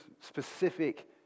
specific